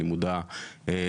אני מודע לוויכוחים,